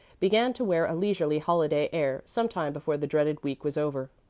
began to wear a leisurely, holiday air some time before the dreaded week was over.